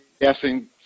guessing